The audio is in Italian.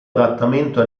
adattamento